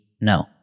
no